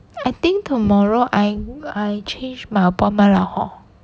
I think tomorrow I I change my appointment lah hor